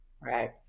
Right